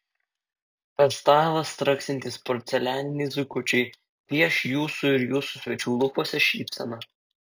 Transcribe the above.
per stalą straksintys porcelianiniai zuikučiai pieš jūsų ir jūsų svečių lūpose šypseną